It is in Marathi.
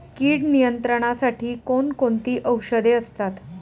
कीड नियंत्रणासाठी कोण कोणती औषधे असतात?